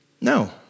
No